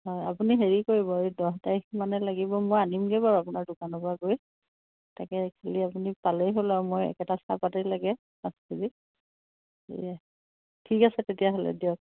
অঁ আপুনি হেৰি কৰিব এই দহ তাৰিখ মানে লাগিব মই আনিমগৈ বাৰু আপোনাৰ দোকানৰপৰা গৈ তাকেই খালী আপুনি পালেই হ'ল আৰু মই একেটা চাহপাতেই লাগে পাঁচ কেজি ঠিক আছে তেতিয়া হ'লে দিয়ক